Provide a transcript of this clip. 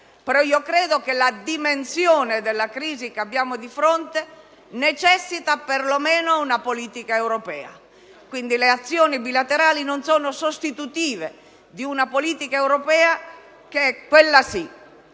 Però io credo che la dimensione della crisi che abbiamo di fronte necessiti per lo meno una politica europea. Quindi, le azioni bilaterali non sono sostitutive di una politica europea, che è, quella sì,